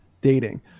dating